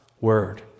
word